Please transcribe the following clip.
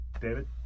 David